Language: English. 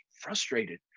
frustrated